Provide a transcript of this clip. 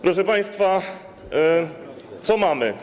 Proszę państwa, co mamy?